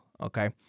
Okay